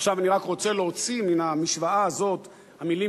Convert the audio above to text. ועכשיו אני רק רוצה להוציא מן המשוואה הזאת את המלים